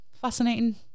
fascinating